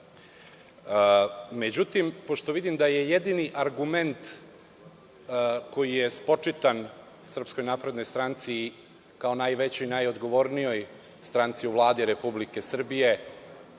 međutim, pošto vidim da je jedini argument koji je spočitan SNS kao najvećoj i najodgovornijoj stranci u Vladi Republike Srbije,